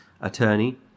attorney